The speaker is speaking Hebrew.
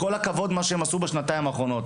כל הכבוד למה שהם עשו בשנתיים האחרונות.